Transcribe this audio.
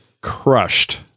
crushed